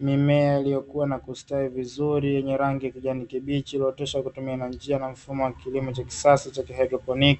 Mimea iliyokua na kustawi vizuri yenye rangi ya kijani kibichi iliyooteshwa kwa kutumia njia na mfumo wa kilimo cha kisasa cha kihydroponi,